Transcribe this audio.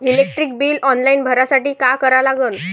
Electric bill online भरासाठी का करा लागन?